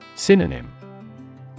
Synonym